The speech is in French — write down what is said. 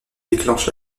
déclenche